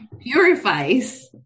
purifies